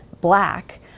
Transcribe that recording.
Black